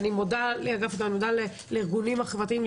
אני מודה לארגונים החברתיים,